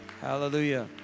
hallelujah